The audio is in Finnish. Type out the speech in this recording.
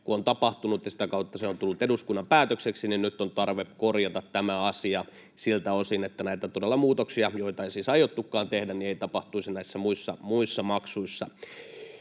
virhe tapahtunut, ja sitä kautta se on tullut eduskunnan päätökseksi. Ja nyt on tarve korjata tämä asia siltä osin, että näitä muutoksia, joita ei siis aiottukaan tehdä, ei todella tapahtuisi näissä muissa maksuissa.